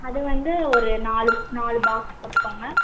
அதுவந்து ஒரு நாலு நாலு பாக்ஸ் போட்டுக்கங்க